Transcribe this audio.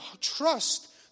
trust